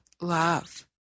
love